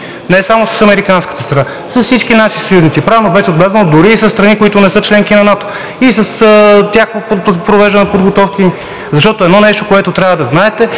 Не само с американската страна. С всички наши съюзници. Правилно беше отбелязано – дори и със страни, които не са членки на НАТО, и с тях провеждаме подготовки, защото едно нещо, което трябва да знаете,